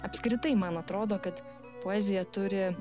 apskritai man atrodo kad poezija turi